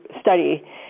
study